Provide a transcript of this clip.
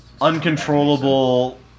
uncontrollable